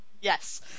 Yes